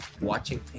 watching